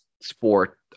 sport